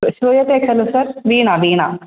श्रूयते खलु सर् वीणा वीणा